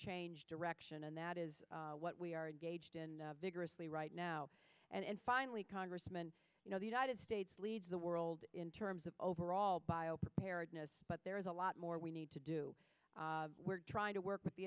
change direction and that is what we are engaged in vigorously right now and finally congressman you know the united states leads the world in terms of overall bio preparedness but there is a lot more we need to do we're trying to work with the